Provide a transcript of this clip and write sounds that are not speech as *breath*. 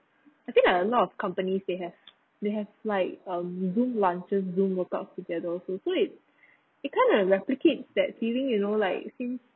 I think uh a lot of companies they have they have like um zoom lunches zoom workout together so is *breath* it kinda replicate that feeling you know like since